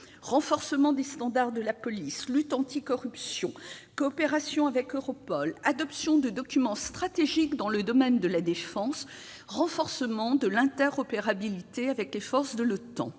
renforcement des standards de la police, lutte anticorruption, coopération avec Europol, adoption de documents stratégiques dans le domaine de la défense, renforcement de l'interopérabilité avec les forces de l'OTAN,